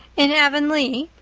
in avonlea?